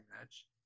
match